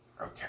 Okay